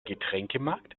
getränkemarkt